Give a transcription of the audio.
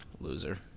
Loser